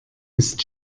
ist